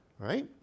right